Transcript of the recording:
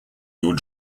your